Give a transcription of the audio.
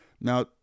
Now